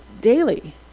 daily